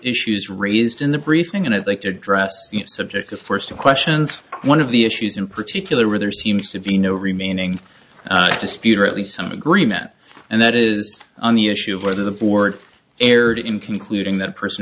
issues raised in the briefing and it like to address subjective first of questions one of the issues in particular where there seems to be no remaining dispute or at least some agreement and that is on the issue of whether the board erred in concluding that a person